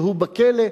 כשהוא בכלא.